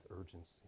urgency